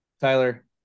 Tyler